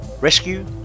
Rescue